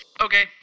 Okay